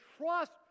trust